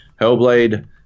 Hellblade